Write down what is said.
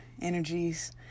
energies